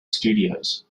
studios